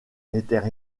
n’étaient